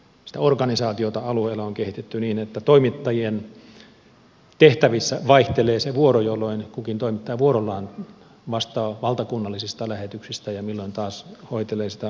sitä organisaatiota alueilla on kehitetty niin että toimittajien tehtävissä vaihtelee se vuoro milloin kukin toimittaja vuorollaan vastaa valtakunnallisista lähetyksistä ja milloin taas hoitelee sitä alueellista toimitusta